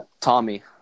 Tommy